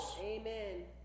Amen